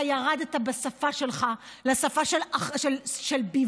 אתה ירדת בשפה שלך לשפה של ביבים,